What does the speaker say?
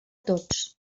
tots